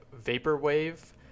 vaporwave